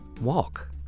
walk